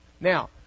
Now